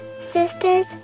sisters